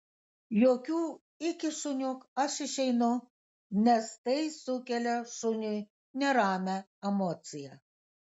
jokių iki šuniuk aš išeinu nes tai sukelia šuniui neramią emociją